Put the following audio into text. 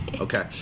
Okay